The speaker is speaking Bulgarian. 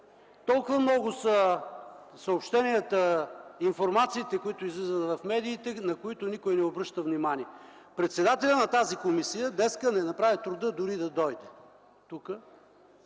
Толкова много са съобщенията, информациите, които излизат в медиите, на които никой не обръща внимание. Председателят на тази комисия днес не си направи труда дори да дойде